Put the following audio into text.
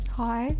hi